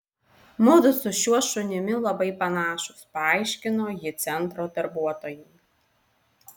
mudu su šiuo šunimi labai panašūs paaiškino ji centro darbuotojai